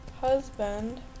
husband